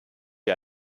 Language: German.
wie